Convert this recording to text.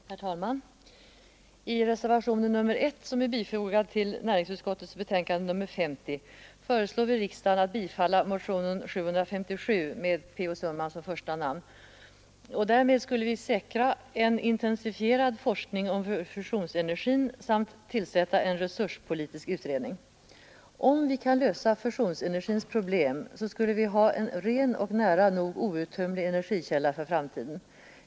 Herr talman! I reservationen 1 vid näringsutskottets betänkande nr 50 föreslår vi riksdagen att bifalla motionen nr 757 med P.O. Sundman som första namn. Därmed skulle vi säkra en intensifierad forskning om fusionsenergin samt tillsätta en resurspolitisk utredning. Om vi kunde lösa fusionsenergins problem, skulle vi ha en ren och nära nog outtömlig energikälla för framtiden.